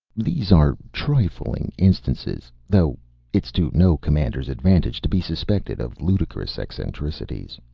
these are trifling instances, though it's to no commander's advantage to be suspected of ludicrous eccentricities.